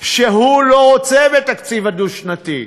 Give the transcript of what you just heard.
שהוא לא רוצה בתקציב הדו-שנתי,